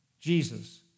Jesus